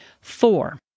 Four